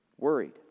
Worried